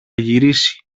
γυρίσει